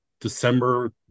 December